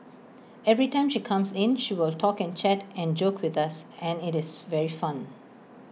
every time she comes in she will talk and chat and joke with us and IT is very fun